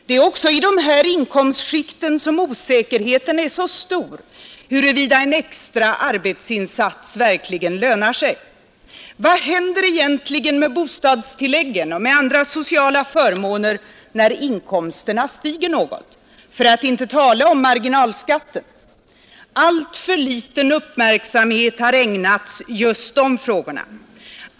Det är också i dessa inkomstskikt som osäkerheten är så stor, huruvida en extra arbetsinsats verkligen lönar sig. Vad händer egentligen med bostadstilläggen och de andra sociala förmånerna — för att inte tala om marginalskatterna — när inkomsterna stiger något? Alltför liten uppmärksamhet har ägnats just de frågorna.